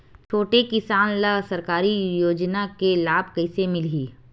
छोटे किसान ला सरकारी योजना के लाभ कइसे मिलही?